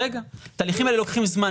רגע, התהליכים האלה לוקחים זמן.